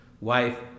wife